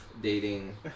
dating